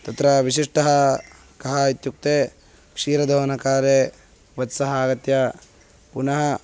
तत्र विशिष्टः कः इत्युक्ते क्षीरधवनकाले वत्सः आगत्य पुनः